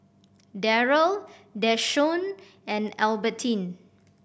Darryll Deshaun and Albertine